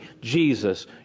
Jesus